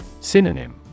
Synonym